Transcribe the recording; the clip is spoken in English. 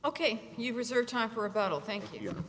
ok you reserve time for about a thank you